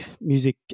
music